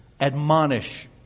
Admonish